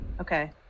Okay